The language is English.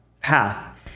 path